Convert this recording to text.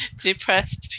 Depressed